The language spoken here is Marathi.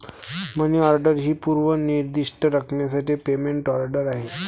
मनी ऑर्डर ही पूर्व निर्दिष्ट रकमेसाठी पेमेंट ऑर्डर आहे